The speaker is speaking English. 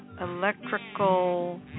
electrical